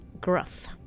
gruff